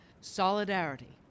Solidarity